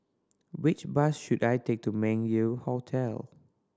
which bus should I take to Meng Yew Hotel